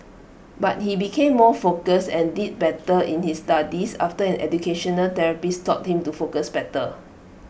but he became more focused and did better in his studies after an educational therapist taught him to focus better